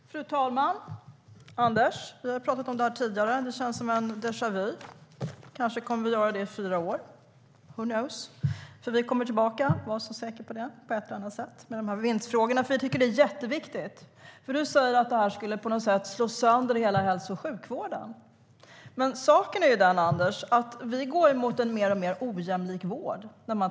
Fru talman! Anders Jonsson och jag har talat om detta tidigare. Det känns som déjà vu. Kanske kommer vi att tala om detta i fyra år. Who knows? Vi kommer tillbaka - var så säker på det - på ett eller annat sätt i vinstfrågorna. De är mycket viktiga. Anders Jonsson säger att förslaget kommer att slå sönder hela hälso och sjukvården. Men enligt olika tabeller och så vidare går vi, Anders, mot en mer och mer ojämlik vård.